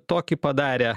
tokį padarę